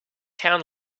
town